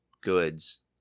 goods